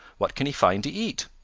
what can he find to eat?